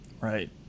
Right